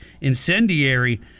incendiary